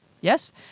Yes